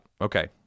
okay